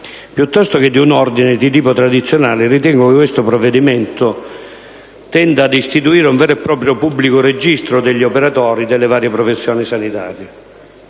Piuttosto che un ordine di tipo tradizionale, ritengo che questo provvedimento tenda ad istituire un vero e proprio pubblico registro degli operatori delle varie professioni sanitarie.